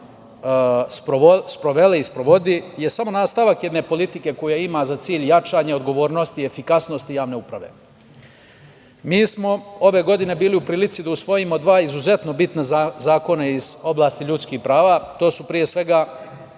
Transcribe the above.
sprovela i sprovodi, je samo nastavak jedne politike koja ima za cilj jačanje odgovornosti i efikasnosti javne uprave. Mi smo ove godine bili u prilici da usvojimo dva izuzetno bitna zakona iz oblasti ljudskih prava. To su Zakon o